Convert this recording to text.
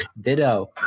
Ditto